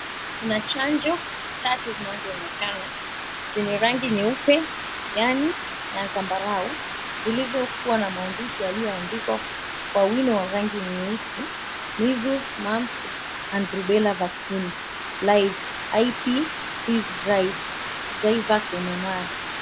Kuna chanjo tatu zinazoonekana zenye rangi nyeupe kijani na zambarau zilizokuwa na maandishi yaliyoandikwa kwa wino wa rangi nyeusi, Measles, Mumps and Rubella Vaccine Live IP Freeze Dried Zyvac MMR.